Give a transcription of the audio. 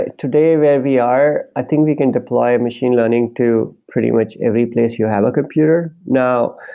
today, where we are, i think we can deploy machine learning to pretty much every place you have a computer. now,